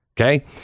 okay